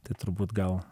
tai turbūt gal